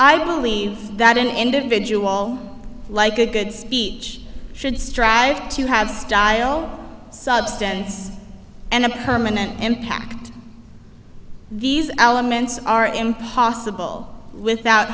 i believe that an individual like a good speech should strive to have style substance and a permanent impact these elements are impossible without